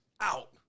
out